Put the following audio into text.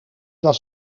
was